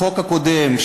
החוק הקודם,